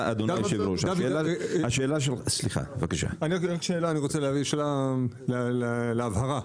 רק שאלה להבהרה,